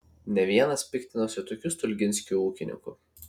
ne vienas piktinosi tokiu stulginskiu ūkininku